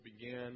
began